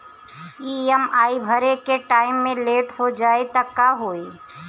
EMI भरे के time मे लेट हो जायी त का होई?